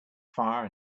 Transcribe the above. fire